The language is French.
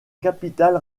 capitale